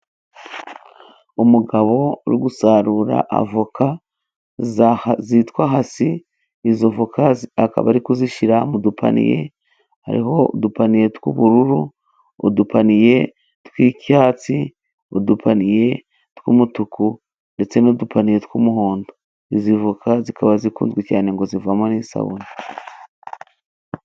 Umugabo uri gusarura avoka zitwa hasi, izo voka akaba ari kuzishyira mu dupaniye. Hariho udupaniye tw'ubururu, udufiye tw'icyatsi, udupaniye tw'umutuku ndetse n'udupaniye tw'umuhondo. Izi voka zikaba zikunzwe cyane ngo zivamo n'isabune.